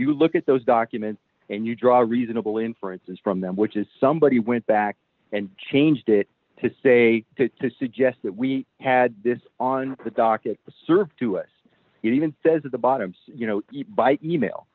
you look at those documents and you draw a reasonable inferences from them which is somebody went back and changed it to say to suggest that we had this on the docket served to us even says at the bottom you know by e mail